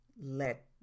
let